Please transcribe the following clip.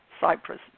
Cyprus